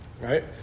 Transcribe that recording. Right